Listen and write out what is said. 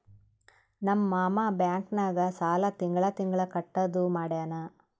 ನಮ್ ಮಾಮಾ ಬ್ಯಾಂಕ್ ನಾಗ್ ಸಾಲ ತಿಂಗಳಾ ತಿಂಗಳಾ ಕಟ್ಟದು ಮಾಡ್ಯಾನ್